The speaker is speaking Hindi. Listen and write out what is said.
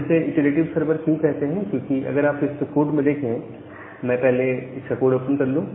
इसे हम इटरेटिव सर्वर क्यों कहते हैं क्योंकि अगर आप इसके कोड में देखें मैं पहले इसका कोड ओपन कर लूं